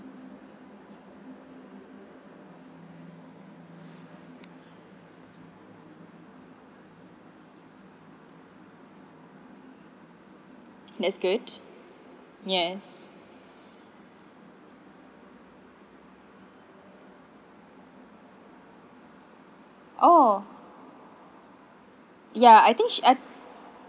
that's good yes oh ya I think she I